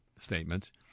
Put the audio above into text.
statements